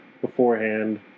Beforehand